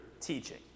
teaching